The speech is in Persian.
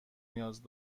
نیاز